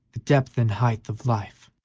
the depth and height of life,